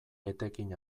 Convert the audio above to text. etekin